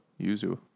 Yuzu